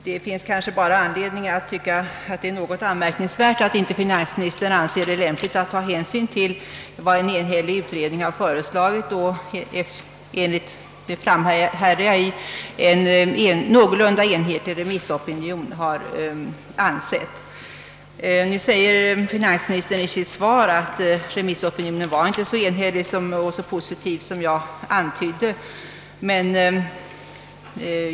Jag finner det emellertid något anmärkningsvärt, att finansministern inte anser det lämpligt att ta hänsyn till vad en enhällig utredning föreslagit och till vad en — det framhärdar jag i — någorlunda enhetlig remissopinion har ansett. Finansministern säger i sitt svar att remissopinionen inte var så enhällig och så positiv som jag antytt i min interpellation.